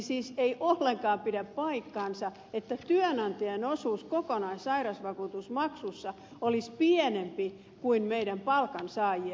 siis ei ollenkaan pidä paikkaansa että työnantajan osuus kokonaissairausvakuutusmaksusta olisi pienempi kuin meidän palkansaajien